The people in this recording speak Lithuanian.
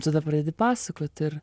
tada pradedi pasakot ir